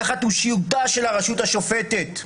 תחת אושיותה של הרשות השופטת".